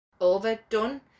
overdone